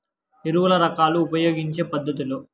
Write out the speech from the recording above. ఎరువుల రకాలు ఉపయోగించే పద్ధతులు?